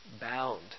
bound